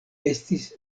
estis